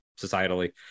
societally